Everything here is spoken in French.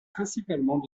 principalement